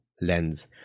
lens